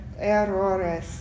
errores